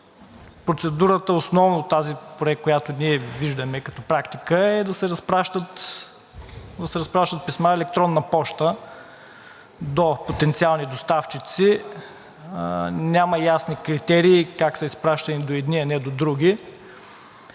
процедурата – тази, която ние виждаме като практика, е да се разпращат писма по електронна поща до потенциални доставчици. Няма ясни критерии как са изпращани до едни, а не до други.